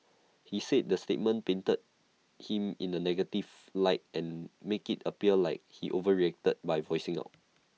he said the statement painted him in A negative light and make IT appear like he overreacted by voicing out